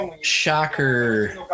shocker